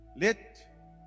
Let